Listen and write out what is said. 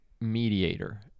mediator